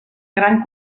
gran